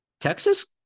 Texas